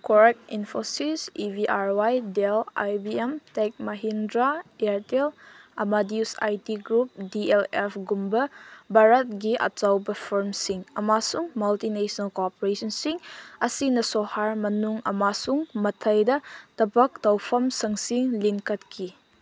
ꯀ꯭ꯋꯥꯔꯠ Infosys E V R Y Dell I B M Tech Mahindra Airtel Amdocs I T group D L ꯑꯦꯐꯒꯨꯝꯕ ꯚꯥꯔꯠꯀꯤ ꯑꯆꯧꯕ ꯐꯔꯝꯁꯤꯡ ꯑꯃꯁꯨꯡ ꯃꯜꯇꯤꯅꯦꯁꯅꯦꯜ ꯀꯣꯔꯄꯣꯔꯦꯁꯟꯁꯤꯡ ꯑꯁꯤꯅ ꯁꯣꯍꯔ ꯃꯅꯨꯡ ꯑꯃꯁꯨꯡ ꯃꯊꯩꯗ ꯊꯕꯛ ꯇꯧꯐꯝ ꯁꯪꯁꯤ ꯂꯤꯡꯈꯠꯈꯤ